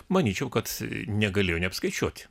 manyčiau kad negalėjo neapskaičiuoti